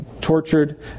tortured